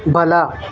ಬಲ